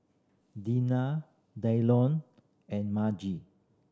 Deana Dylon and Margie